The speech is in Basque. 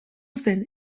zen